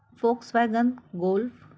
Volkswagen golf